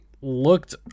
looked